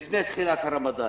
לפני תחילת הרמדאן.